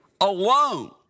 alone